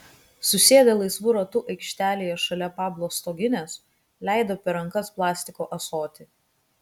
susėdę laisvu ratu aikštelėje šalia pablo stoginės leido per rankas plastiko ąsotį